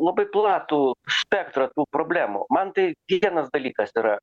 labai platų spektrą tų problemų man tai kiekvienas dalykas yra